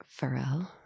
Pharrell